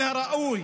מן הראוי